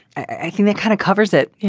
i think that kind of covers it.